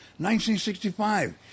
1965